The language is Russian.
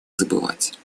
забывать